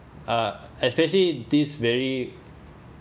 uh especially this very